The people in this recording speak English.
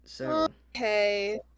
Okay